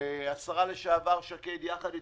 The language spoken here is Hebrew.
השרה לשעבר שקד יחד איתי,